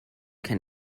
can